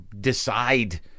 decide